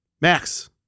Max